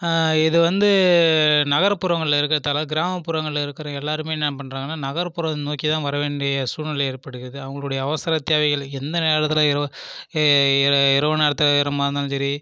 இது வந்து நகர்ப்புறங்களில் இருக்கறதால கிராமப்புறங்களில் இருக்கிற எல்லோருமே என்ன பண்ணுறாங்கன்னா நகர்ப்புறம் நோக்கி தான் வர வேண்டிய சூழ்நிலை ஏற்படுகிறது அவங்களுடைய அவசர தேவைகள் எந்த நேரத்தில் இரவு இரவு நேரத்துல இருந்தாலுஞ்சரி